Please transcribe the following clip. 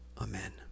Amen